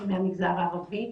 הם מהמגזר הערבי.